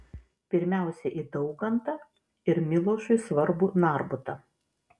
pirmiausia į daukantą ir milošui svarbų narbutą